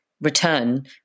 return